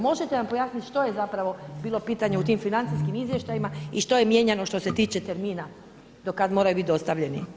Možete nam pojasnit što je bilo pitanje u tim financijskim izvještajima i što je mijenjano što se tiče termina do kada moraju biti dostavljeni?